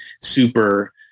super